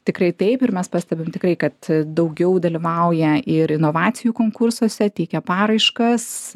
tikrai taip ir mes pastebim tikrai kad daugiau dalyvauja ir inovacijų konkursuose teikia paraiškas